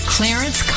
Clarence